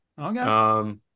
Okay